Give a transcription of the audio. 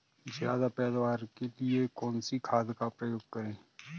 ज्यादा पैदावार के लिए कौन सी खाद का प्रयोग करें?